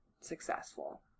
successful